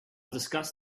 discuss